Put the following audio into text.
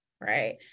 right